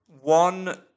one